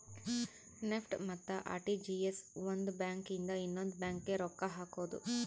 NEFT ಮತ್ತ RTGS ಒಂದ್ bank ಇಂದ ಇನ್ನೊಂದು ಬ್ಯಾಂಕ್ ಗೆ ರೊಕ್ಕ ಹಕೋದು